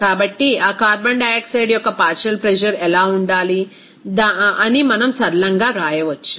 కాబట్టి ఆ carbon dioxide యొక్క పార్షియల్ ప్రెజర్ ఎలా ఉండాలి అని మనం సరళంగా వ్రాయవచ్చు